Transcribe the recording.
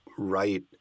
right